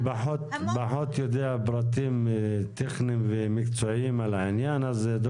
אני פחות יודע פרטים טכניים ומקצועיים על העניין הזה.